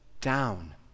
down